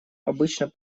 обычно